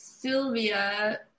Sylvia